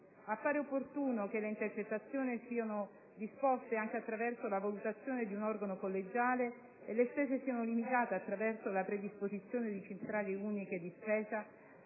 appare opportuno che le intercettazioni siano disposte anche attraverso la valutazione di un organo collegiale e le spese siano limitate attraverso la predisposizione di centrali uniche di spesa